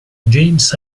james